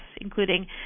including